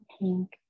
pink